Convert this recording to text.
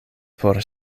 por